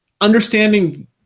understanding